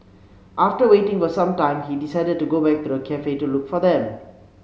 after waiting for some time he decided to go back to the cafe to look for them